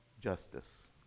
justice